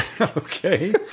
Okay